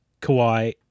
Kawhi